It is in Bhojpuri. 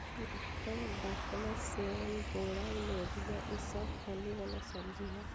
मटर, बकला, सेम, बोड़ा, लोबिया ई सब फली वाला सब्जी ह